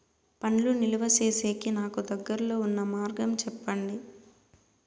పండ్లు నిలువ సేసేకి నాకు దగ్గర్లో ఉన్న మార్గం చెప్పండి?